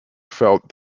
felt